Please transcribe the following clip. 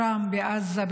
שם בעזה,